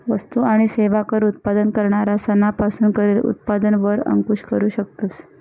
वस्तु आणि सेवा कर उत्पादन करणारा सना पासून करेल उत्पादन वर अंकूश करू शकतस